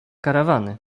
karawany